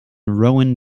rowan